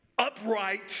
upright